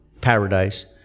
paradise